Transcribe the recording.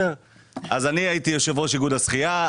אני הייתי יושב ראש איגוד השחייה,